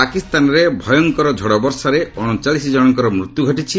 ପାକିସ୍ତାନରେ ଭୟଙ୍କର ଝଡ଼ବର୍ଷାରେ ଅଣଚାଳିଶ ଜଣଙ୍କର ମୃତ୍ୟୁ ଘଟିଛି